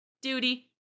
duty